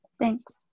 Thanks